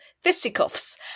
fisticuffs